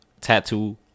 tattoo